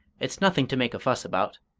it's nothing to make a fuss about.